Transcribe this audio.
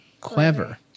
Clever